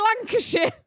Lancashire